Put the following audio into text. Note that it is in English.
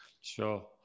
sure